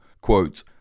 Quote